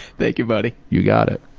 thank you buddy. you got it.